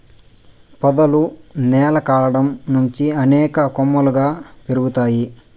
పొదలు నేల కాండం నుంచి అనేక కొమ్మలుగా పెరుగుతాయి